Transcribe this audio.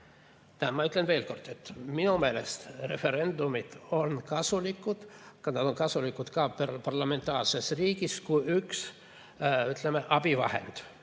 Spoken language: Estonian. Ma ütlen veel kord, et minu meelest referendumid on kasulikud. Nad on kasulikud ka parlamentaarses riigis kui üks, ütleme, abivahend,